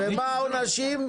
ומה העונשים?